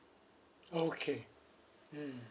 okay mm